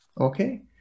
Okay